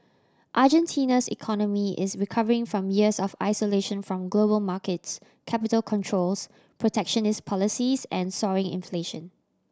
Argentina's economy is recovering from years of isolation from global markets capital controls protectionist policies and soaring inflation